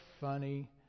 funny